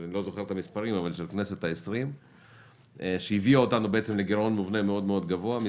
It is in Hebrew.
הכנסת ה-20 שהביאה אותנו לגירעון מובנה גבוה מאוד,